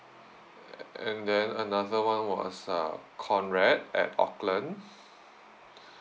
and then another one was a Conrad at auckland